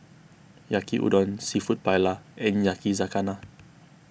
Yaki Udon Seafood Paella and Yakizakana